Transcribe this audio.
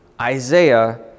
Isaiah